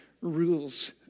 rules